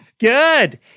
Good